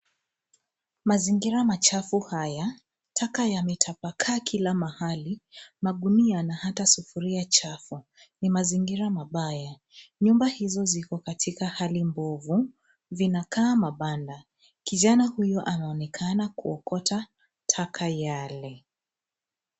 Mazingira machafu haya, taka yametapakaa kila mahali. Magunia na hata sufuria chafu. Ni mazingira mabaya. Nyumba hizo ziko katika hali bovu, inakaa mabanda. Kijana huyu anaonekana kuokota taka yale.